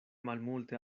malmulte